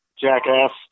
jackass